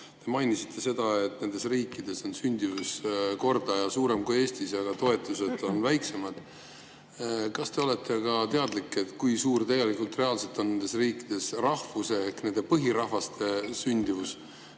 Te mainisite seda, et nendes riikides on sündimuskordaja suurem kui Eestis, aga toetused on väiksemad. Kas te olete ka teadlik, kui suur tegelikult, reaalselt on nendes riikides rahvuse ehk nende põhirahva sündimus?